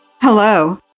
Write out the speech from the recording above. Hello